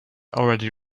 already